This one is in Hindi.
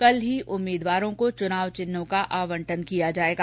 कल ही उम्मीदवारों को चुनाव चिन्हों का आवंटन किया जाएगा